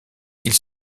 ils